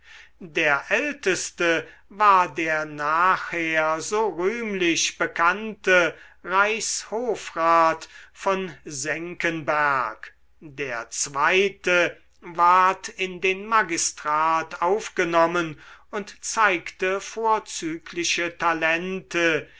der älteste war der nachher so rühmlich bekannte reichshofrat von senckenberg der zweite ward in den magistrat aufgenommen und zeigte vorzügliche talente